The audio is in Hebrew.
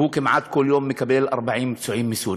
וכמעט כל יום הוא מקבל 40 פצועים מסוריה.